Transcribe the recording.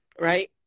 right